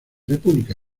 república